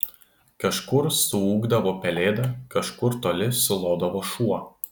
kažkur suūkdavo pelėda kažkur toli sulodavo šuo